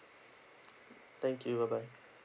thank you bye bye